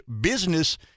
business